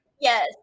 Yes